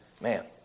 Man